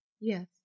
Yes